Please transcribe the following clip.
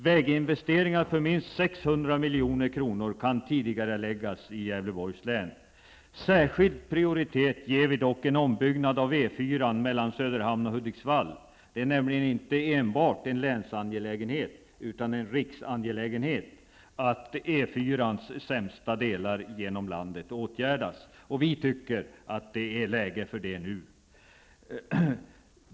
Väginvesteringar för minst 600 milj.kr. kan tidigareläggas i Gävleborgs län. Särskild prioritet ger vi dock en ombyggnad av E 4 mellan Söderhamn och Hudiksvall. Det är nämligen inte enbart en länsangelägenhet, utan en riksangelägenhet att E 4-ns sämsta delar genom landet åtgärdas. Vi tycker det är läge för detta nu.